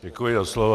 Děkuji za slovo.